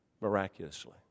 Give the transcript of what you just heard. miraculously